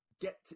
get